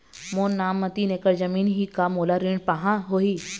मोर नाम म तीन एकड़ जमीन ही का मोला कृषि ऋण पाहां होही?